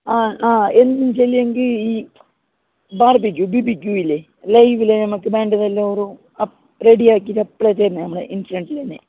ആ ആ എന്തെന്നു ചൊല്ലിയെങ്കിൽ ഈ ബാർബിക്യൂ ബിബിക്യൂ ഇല്ലേ ലൈവിൽ നമുക്ക് വേണ്ടതെല്ലാം ഓരു അപ്പോൾ റെഡിയാക്കിയിട്ട് അപ്പളേ തരുന്ന നമ്മുടെ ഇൻഫ്രണ്ടിൽ തന്നെ